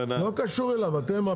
לא רע, שום